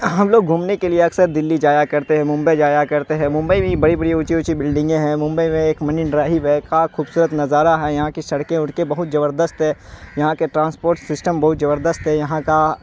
ہم لوگ گھومنے کے لیے اکثر دلی جایا کرتے ہیں ممبئی جایا کرتے ہیں ممبئی میں بھی بڑی بڑی اونچی اونچی بلڈنگیں ہیں ممبئی میں ایک منی ڈرائیو ہے کا خوبصورت نظارہ ہے یہاں کی سڑکیں وڑکیں بہت زبردست ہے یہاں کے ٹرانسپوٹ سسٹم بہت زبردست ہے یہاں کا